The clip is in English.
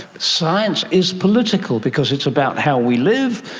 science is political, because it's about how we live,